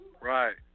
Right